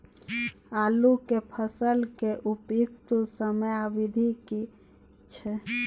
आलू के फसल के उपयुक्त समयावधि की छै?